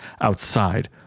outside